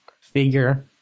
figure